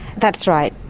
that's right.